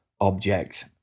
object